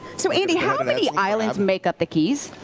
so andy, how many islands make up the keys?